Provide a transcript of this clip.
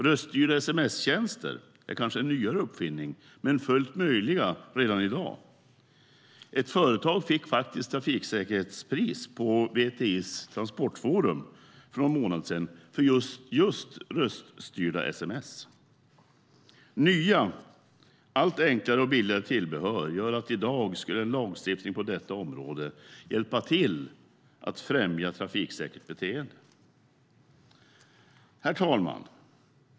Röststyrda sms-tjänster är kanske en nyare uppfinning, men de är fullt möjliga redan i dag. Ett företag fick faktiskt ett trafiksäkerhetspris på VTI:s Transportforum för någon månad sedan för just röststyrda sms. Nya, allt enklare och billigare tillbehör gör att en lagstiftning på detta område i dag skulle hjälpa till att främja ett trafiksäkert beteende. Herr talman!